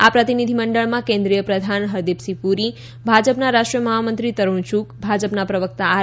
આ પ્રતિનિધિમંડળમાં કેન્દ્રીય પ્રધાન હરદીપસિંહ પુરી ભાજપના રાષ્ટ્રીય મહામંત્રી તરુણ ચૂગ ભાજપના પ્રવક્તા આર